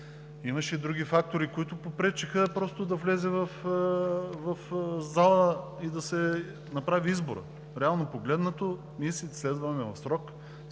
имаше и други фактори, които попречиха да влезе в залата и да се направи изборът. Реално погледнато ние следваме в срок